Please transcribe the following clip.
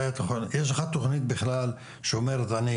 יש לך תכנית בכלל שאומרת אני,